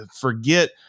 forget